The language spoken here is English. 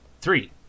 three